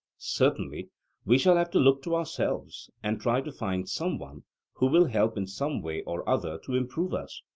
certainly we shall have to look to ourselves, and try to find some one who will help in some way or other to improve us.